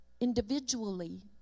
individually